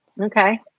Okay